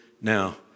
now